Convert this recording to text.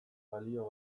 balio